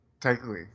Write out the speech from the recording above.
technically